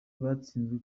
batsinzwe